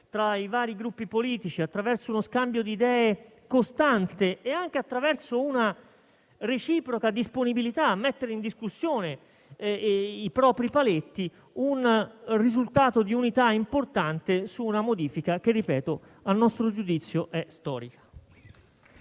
tra i vari Gruppi politici, attraverso uno scambio di idee costante e anche attraverso una reciproca disponibilità a mettere in discussione i propri paletti, siamo riusciti a costruire un risultato di unità importante, su una modifica che a nostro giudizio è storica.